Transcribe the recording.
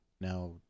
now